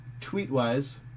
tweet-wise